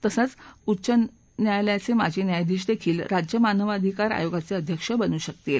त्याचबरोबर उच्च न्यायालयाचे माजी न्यायधीश देखील राज्यमानवअधिकार आयोगाचे अध्यक्ष बनू शकतील